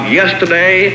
yesterday